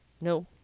no